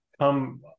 come